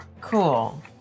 Cool